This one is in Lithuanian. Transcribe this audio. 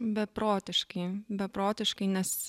beprotiškai beprotiškai nes